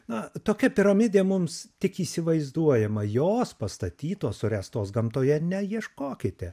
na tokia piramidė mums tik įsivaizduojama jos pastatytos suręstos gamtoje neieškokite